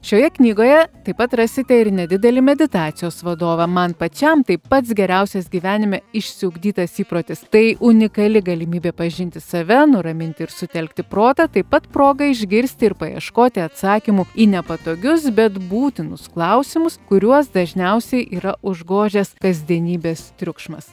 šioje knygoje taip pat rasite ir nedidelį meditacijos vadovą man pačiam tai pats geriausias gyvenime išsiugdytas įprotis tai unikali galimybė pažinti save nuraminti ir sutelkti protą taip pat proga išgirsti ir paieškoti atsakymų į nepatogius bet būtinus klausimus kuriuos dažniausiai yra užgožęs kasdienybės triukšmas